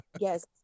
yes